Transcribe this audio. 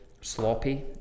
sloppy